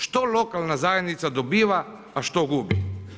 Što lokalna zajednica dobiva, a što gubi?